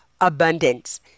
abundance